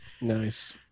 nice